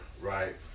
right